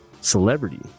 celebrity